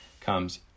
comes